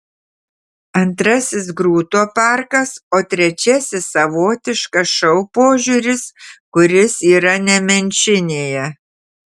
antrasis grūto parkas o trečiasis savotiškas šou požiūris kuris yra nemenčinėje